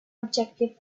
objective